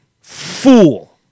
fool